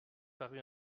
parut